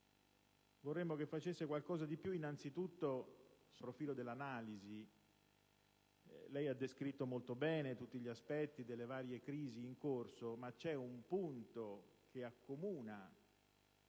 Governo facesse qualcosa di più, innanzitutto sotto il profilo dell'analisi. Lei ha descritto molto bene tutti gli aspetti delle varie crisi in corso, ma c'è un punto che accomuna